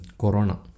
Corona